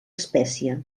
espècie